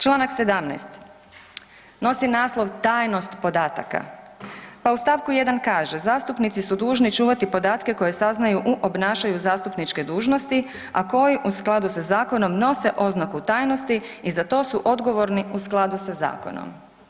Članak 17. nosi naslov Tajnost podataka, pa u stavku 1. kaže: Zastupnici su dužni čuvati podatke koje saznaju u obnašanju zastupničke dužnosti, a koji u skladu sa zakonom nose oznaku tajnosti i za to su odgovorni u skladu sa zakonom.